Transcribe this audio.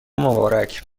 مبارک